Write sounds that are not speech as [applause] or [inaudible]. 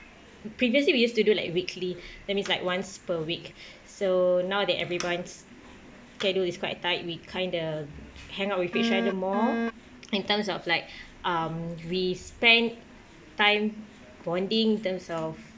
previously we used to do like weekly [breath] that means like once per week [breath] so now that everyone's schedule is quite tight we kind of hang out with each other more in terms of like [breath] um we spend time bonding in terms of